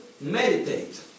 meditate